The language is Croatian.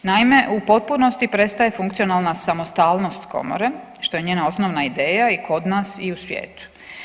Naime, u potpunosti prestaje funkcionalna samostalnost komore što je njena osnovna ideja i kod nas i u svijetu.